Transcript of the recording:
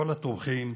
כל התומכים,